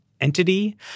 entity